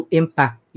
impact